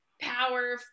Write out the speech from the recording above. power